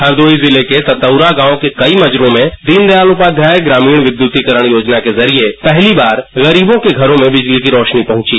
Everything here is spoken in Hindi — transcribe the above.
हरदोई जिले के तउरा गांव के कई मजतों में दीन दयाल उपाघ्याय विध्यतीकरण योजना के जरिए पहली बार गरीबों के घरों में विजली की रोशनी पहुंची